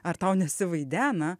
ar tau nesivaidena